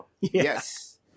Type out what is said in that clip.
Yes